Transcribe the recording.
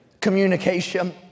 Communication